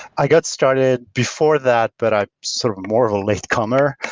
i got started before that, but i'm sort of more of a late comer.